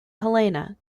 helena